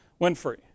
Winfrey